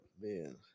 man